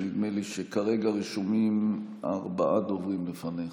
נדמה לי שכרגע רשומים ארבעה דוברים לפניך.